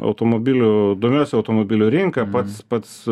automobilių domiuosi automobilių rinka pats pats